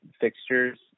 fixtures